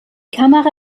kamera